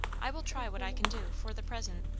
i will try what i can do, for the present.